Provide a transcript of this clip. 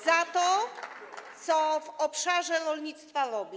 za to, co w obszarze rolnictwa robi.